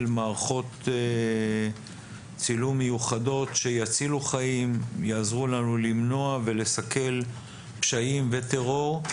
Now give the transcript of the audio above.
מערכות צילום מיוחדות שיצילו חיים ויעזרו לנו למנוע ולסכל פשעים וטרור.